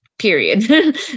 Period